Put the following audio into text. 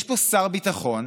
יש פה שר ביטחון,